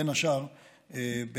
בין השאר,